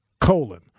colon